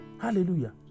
Hallelujah